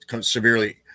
severely